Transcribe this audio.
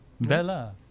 Bella